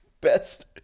Best